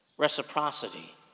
reciprocity